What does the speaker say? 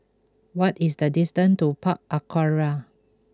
what is the distance to Park Aquaria